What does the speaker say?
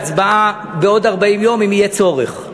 להצבעה בעוד 40 יום אם יהיה צורך.